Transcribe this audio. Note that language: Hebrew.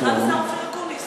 היכן השר אופיר אקוניס?